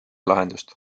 lahendust